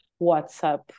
WhatsApp